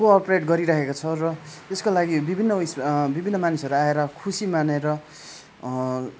को ओप्रेट गरिरहेको छ र त्यसको लागि विभिन्न ऊ यस विभिन्न मानिसहरू आएर खुसी मानेर